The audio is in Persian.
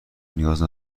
نیاز